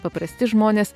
paprasti žmonės